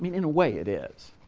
i mean in a way, it is.